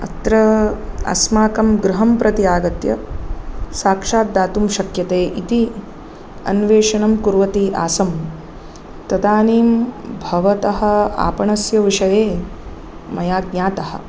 अत्र अस्माकं गृहं प्रति आगत्य साक्षाद्दातुं शक्यते इति अन्वेषणं कुर्वती आसं तदानीं भवतः आपणस्य विषये मया ज्ञातः